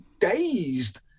dazed